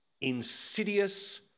insidious